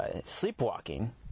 Sleepwalking